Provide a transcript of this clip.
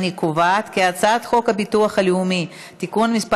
אני קובעת כי הצעת חוק הביטוח הלאומי (תיקון מס'